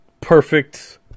perfect